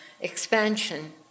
expansion